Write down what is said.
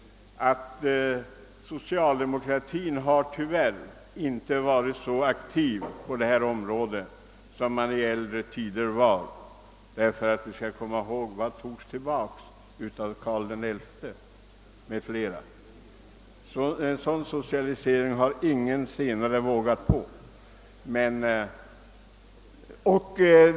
Men socialdemokratin har ändå inte varit så aktiv på detta område som man var förr i tiden; kom ihåg hur mycket som togs tillbaka av t.ex. Karl XI. En så omfattande socialisering har ingen senare vågat sig på.